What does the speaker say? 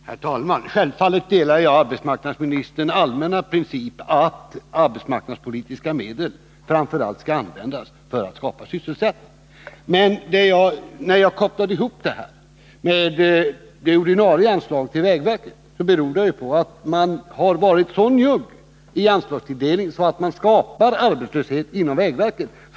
Herr talman! Självfallet ansluter jag mig till arbetsmarknadsministerns allmänna princip att arbetsmarknadspolitiska medel framför allt skall användas för skapande av sysselsättning. Anledningen till att jag kopplade ihop denna fråga med det ordinarie anslaget till vägverket var att man har varit så njugg med anslagstilldelningen att man skapat problem för vägverket.